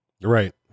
Right